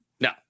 No